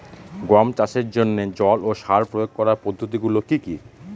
গম চাষের জন্যে জল ও সার প্রয়োগ করার পদ্ধতি গুলো কি কী?